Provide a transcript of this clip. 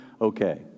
okay